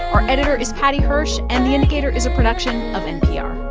our editor is paddy hirsch. and the indicator is a production of npr